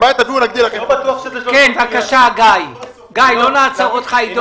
לא בטוח שזה 300 מיליון --- הרי ממילא אתם לא נותנים כסף,